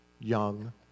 young